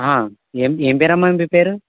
ఏం ఏం పేరమ్మా మీ పేరు